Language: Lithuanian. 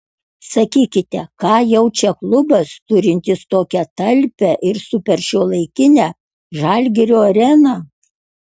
sakykite ką jaučia klubas turintis tokią talpią ir superšiuolaikinę žalgirio areną